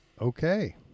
Okay